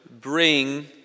bring